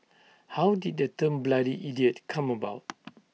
how did the term bloody idiot come about